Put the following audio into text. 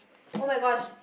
oh-my-gosh